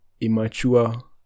immature